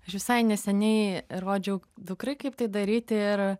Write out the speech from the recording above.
aš visai neseniai rodžiau dukrai kaip tai daryti ir